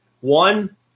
One